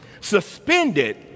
suspended